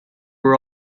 were